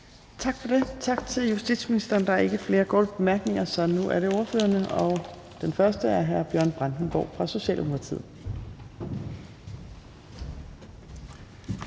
Tak for det. Tak til justitsministeren. Der er ikke flere korte bemærkninger, så nu er det ordføreren. Og den første er hr. Bjørn Brandenborg fra Socialdemokratiet.